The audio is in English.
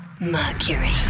Mercury